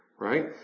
right